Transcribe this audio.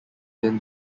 been